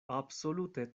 absolute